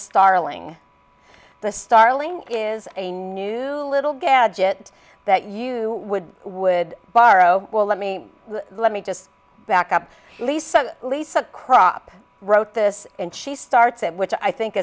starling is a new little gadget that you would would borrow well let me let me just back up lisa lisa crop wrote this and she starts it which i think